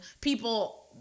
people